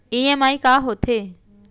EMI का होथे?